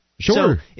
Sure